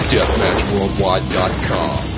Deathmatchworldwide.com